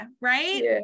right